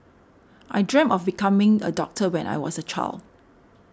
I dreamt of becoming a doctor when I was a child